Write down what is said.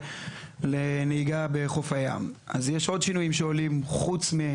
זה חייב להיות פסק דין.